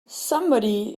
somebody